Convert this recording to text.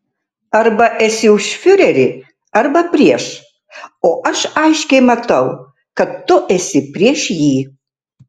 arba esi už fiurerį arba prieš o aš aiškiai matau kad tu esi prieš jį